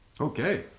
Okay